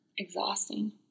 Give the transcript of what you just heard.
Exhausting